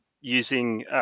using